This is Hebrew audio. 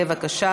בבקשה,